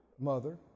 mother